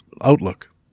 outlook